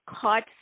caught